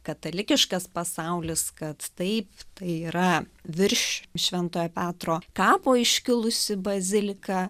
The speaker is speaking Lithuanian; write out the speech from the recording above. katalikiškas pasaulis kad taip tai yra virš šventojo petro kapo iškilusi bazilika